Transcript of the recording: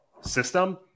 system